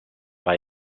war